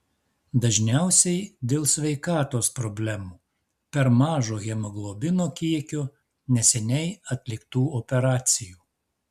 dažniausiai dėl sveikatos problemų per mažo hemoglobino kiekio neseniai atliktų operacijų